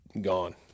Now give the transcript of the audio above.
gone